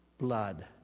blood